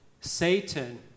Satan